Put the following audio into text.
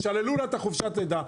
שללו לה את חופשת הלידה.